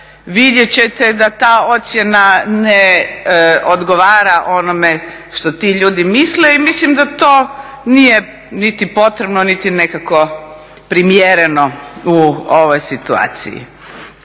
vidjet ćete da ta ocjena ne odgovara onome što ti ljudi misle i mislim da to nije niti potrebno niti nekako primjereno u ovoj situaciji.